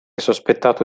sospettato